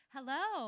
Hello